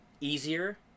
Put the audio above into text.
easier